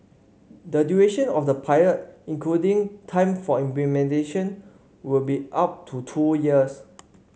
the duration of the pilot including time for implementation will be up to two years